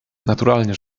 naturalnie